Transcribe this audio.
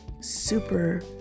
super